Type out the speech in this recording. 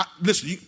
Listen